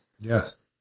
Yes